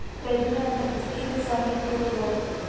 पेरणीनंतर किती दिवसांनी तूर उगवतो?